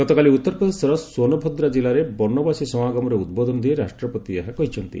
ଗତକାଲି ଉତ୍ତରପ୍ରଦେଶର ସୋନଭଦ୍ରା ଜିଲ୍ଲାରେ ବନବାସୀ ସମାଗମରେ ଉଦ୍ବୋଧନ ଦେଇ ରାଷ୍ଟ୍ରପତି ଏହା କହିଛନ୍ତି